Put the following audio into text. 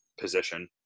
position